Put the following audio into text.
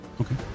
Okay